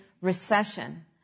recession